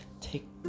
Take